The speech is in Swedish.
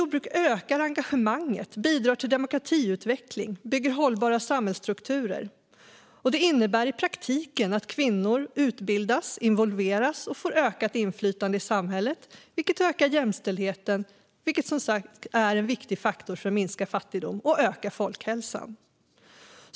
Det ökar engagemanget, bidrar till demokratiutveckling, bygger hållbara samhällsstrukturer och innebär i praktiken att kvinnor utbildas, involveras och får ökat inflytande i samhället, vilket ökar jämställdheten - som sagt en viktig faktor för att minska fattigdomen och förbättra folkhälsan.